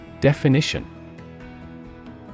Definition